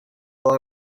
fel